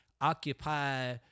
occupy